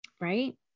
right